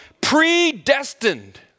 predestined